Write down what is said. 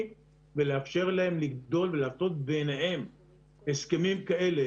ולאפשר להם לגדול ולעשות ביניהם הסכמים כאלה,